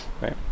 Right